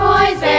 Boys